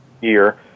year